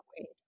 wait